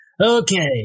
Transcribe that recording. Okay